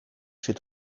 zit